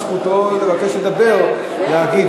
זכותו לבקש לדבר ולהגיב,